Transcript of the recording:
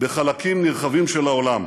בחלקים נרחבים של העולם.